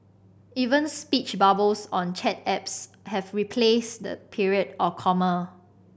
even speech bubbles on chat apps have replaced the period or comma